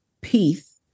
peace